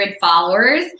followers